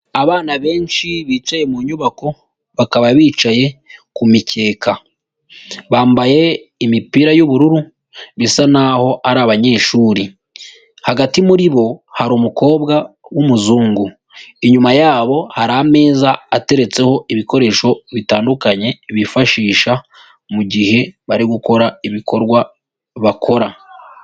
Abana benshi bicaye mu nyubako bakaba bicaye ku mikeka bambaye imipira y'ubururu bisa naho ari abanyeshuri, hagati muri bo hari umukobwa w'umuzungu inyuma yabo hari ameza ateretseho ibikoresho bitandukanye bifashisha mu gihe bari gukora ibikorwa bakora.